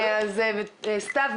סתיו,